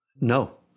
No